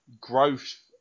growth